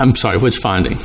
i'm sorry i was finding